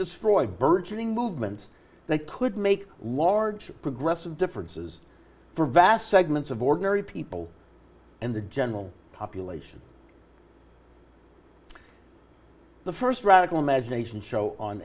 destroy the burgeoning movement that could make large progressive differences for vast segments of ordinary people and the general population the st radical imagination show on